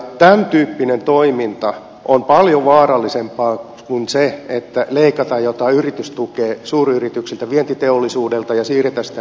tämäntyyppinen toiminta on paljon vaarallisempaa kuin se että leikataan jotain yritystukea suuryrityksiltä vientiteollisuudelta ja siirretään sitä pk sektorille